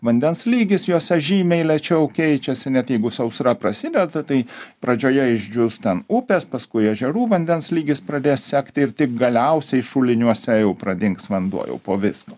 vandens lygis juose žymiai lėčiau keičiasi net jeigu sausra prasideda tai pradžioje išdžius ten upės paskui ežerų vandens lygis pradės sekti ir tik galiausiai šuliniuose jau pradings vanduo jau po visko